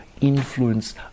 influence